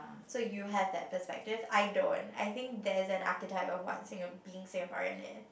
so you have that perspective I don't I think there is an archetype of what Singa~ being Singaporean is